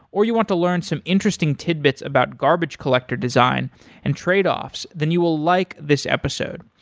or you want to learn some interesting tidbits about garbage collector design and tradeoffs, then you will like this episode.